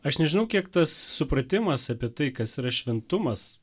aš nežinau kiek tas supratimas apie tai kas yra šventumas